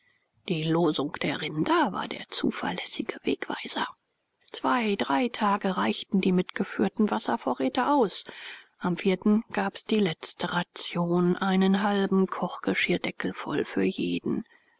die losung der rinder war der zuverlässige wegweiser zwei drei tage reichten die mitgefühlten wasservorräte aus am vierten gab's die letzte ration einen halben kochgeschirrdeckel voll für jeden